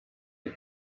die